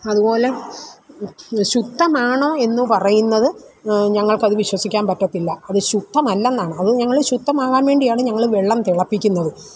അതുപോലെ ശുദ്ധമാണോ എന്നു പറയുന്നത് ഞങ്ങൾക്ക് അതു വിശ്വസിക്കാൻ പറ്റത്തില്ല അത് ശുദ്ധമല്ല എന്നാണ് അത് ഞങ്ങൾ ശുദ്ധമാകാൻ വേണ്ടിയാണ് ഞങ്ങൾ വെള്ളം തിളപ്പിക്കുന്നത്